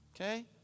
Okay